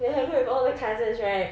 we have group with all the cousins right